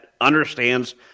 understands